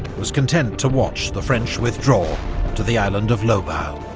was content to watch the french withdraw to the island of lobau.